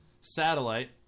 satellite